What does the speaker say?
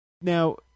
Now